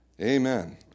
Amen